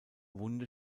wunde